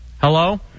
Hello